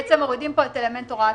בעצם מורידים פה את אלמנט הוראת